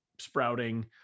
sprouting